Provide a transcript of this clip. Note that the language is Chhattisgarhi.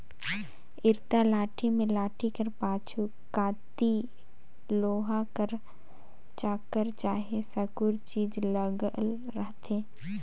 इरता लाठी मे लाठी कर पाछू कती लोहा कर चाकर चहे साकुर चीज लगल रहथे